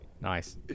Nice